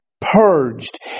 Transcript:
purged